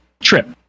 Trip